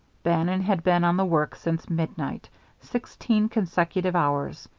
bannon had been on the work since midnight sixteen consecutive hours.